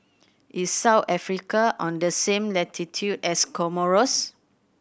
is South Africa on the same latitude as Comoros